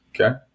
Okay